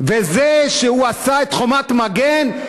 וזה שהוא עשה את "חומת מגן"?